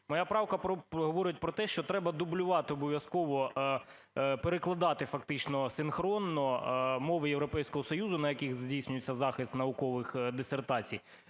Моя правка говорить про те, що треба дублювати обов'язково, перекладати фактично синхронно мови Європейського Союзу, на яких здійснюється захист наукових дисертації